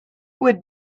would